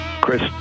Chris